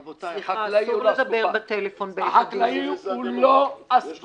רבותיי, החקלאי הוא לא אסקופה.